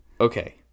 Okay